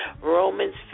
Romans